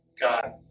god